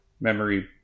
memory